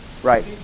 right